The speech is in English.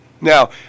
Now